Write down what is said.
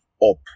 Up